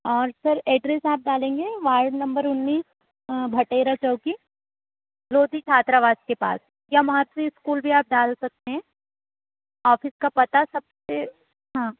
और sir address आप डालेंगे वार्ड नंबर उन्नीस भटेरा चौकी रोज़ी छात्रावास के पास या महत्वि स्कूल भी आप डाल सकते हैं ऑफिस का बता सकते हाँ